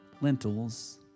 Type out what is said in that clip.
lentils